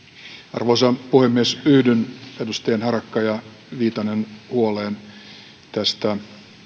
arvoisa puhemies yhdyn edustajien harakka ja viitanen huoleen tästä